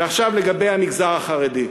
ועכשיו לגבי המגזר החרדי.